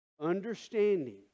understanding